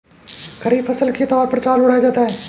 खरीफ फसल के तौर पर चावल उड़ाया जाता है